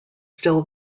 still